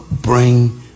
bring